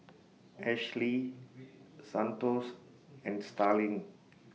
Ashlee Santos and Starling